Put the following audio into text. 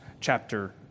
chapter